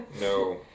No